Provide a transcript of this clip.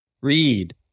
Read